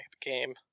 game